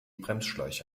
bremsschläuche